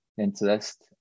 interest